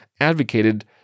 advocated